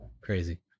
Crazy